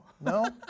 No